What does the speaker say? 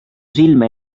silme